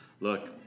look